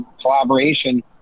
collaboration